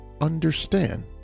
understand